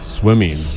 Swimming